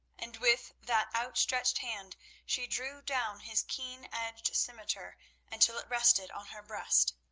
and with that outstretched hand she drew down his keen-edged scimitar until it rested on her breast.